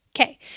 Okay